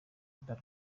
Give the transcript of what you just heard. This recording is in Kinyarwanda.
mbarwa